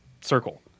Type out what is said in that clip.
circle